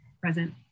Present